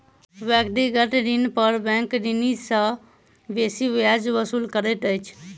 व्यक्तिगत ऋण पर बैंक ऋणी सॅ बेसी ब्याज वसूल करैत अछि